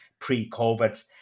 pre-COVID